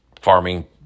farming